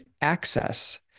access